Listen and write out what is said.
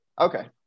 okay